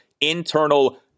internal